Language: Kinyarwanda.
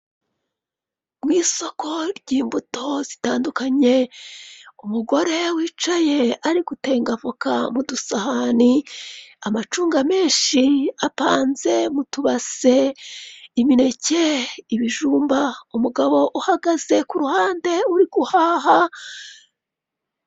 Mu isoko ry'imbuto zitandukanye, umugore wicaye ari gutenga voka mu dusahani, amacunga menshi apanze mu tubase, imineke, ibijumba, umugabo uhagaze ku ruhande, uri guhaha.